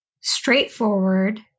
straightforward